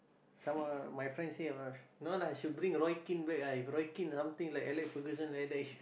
some of my friends said uh no lah should bring Roy-Keane back ah if Roy-Keane like Alex-Ferguson like that